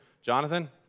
Jonathan